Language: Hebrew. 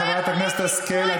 חברת הכנסת השכל.